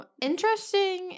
interesting